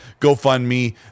GoFundMe